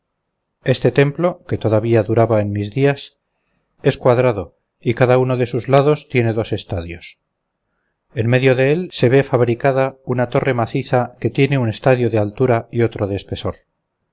este templo que todavía duraba en mis días es cuadrado y cada uno de sus lados tiene dos estadios en medio de él se va fabricada una torre maciza que tiene un estadio de altura y otro de espesor